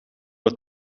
het